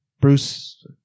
Bruce